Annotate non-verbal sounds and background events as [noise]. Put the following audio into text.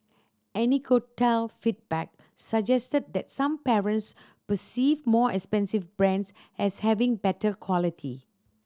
[unintelligible] feedback suggested that some parents perceive more expensive brands as having better quality